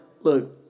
look